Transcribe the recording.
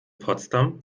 potsdam